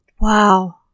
wow